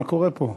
מה קורה פה?